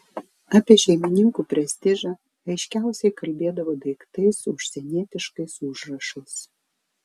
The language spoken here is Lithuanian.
apie šeimininkų prestižą aiškiausiai kalbėdavo daiktai su užsienietiškais užrašais